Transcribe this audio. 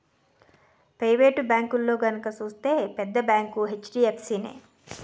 private బేంకుల్లో గనక సూత్తే పెద్ద బేంకు హెచ్.డి.ఎఫ్.సి నే